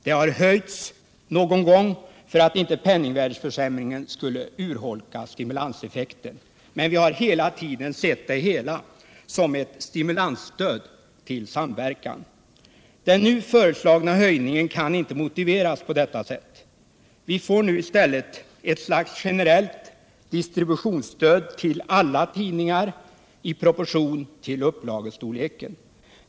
Det har höjts någon gång för att inte penningvärdeförsämringen skulle urholka stimulanseffekten. Men vi har hela tiden sett det hela som ett stimulansstöd till samverkan. Den nu föreslagna höjningen kan inte motiveras på detta sätt. Vi får nu i stället ett slags generellt distributionsstöd till alla tidningar i proportion till upplagestorleken.